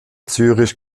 zürich